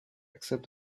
except